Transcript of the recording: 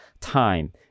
time